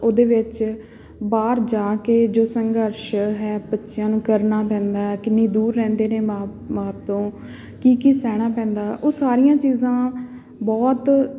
ਉਹਦੇ ਵਿੱਚ ਬਾਹਰ ਜਾ ਕੇ ਜੋ ਸੰਘਰਸ਼ ਹੈ ਬੱਚਿਆਂ ਨੂੰ ਕਰਨਾ ਪੈਂਦਾ ਹੈ ਕਿੰਨੀ ਦੂਰ ਰਹਿੰਦੇ ਨੇ ਮਾਂ ਬਾਪ ਤੋਂ ਕੀ ਕੀ ਸਹਿਣਾ ਪੈਂਦਾ ਉਹ ਸਾਰੀਆਂ ਚੀਜ਼ਾਂ ਬਹੁਤ